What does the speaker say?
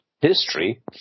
history